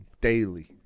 daily